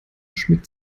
schmiegt